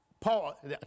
Paul